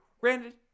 Granted